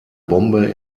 bombe